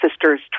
sister's